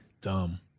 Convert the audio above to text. Dumb